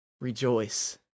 Rejoice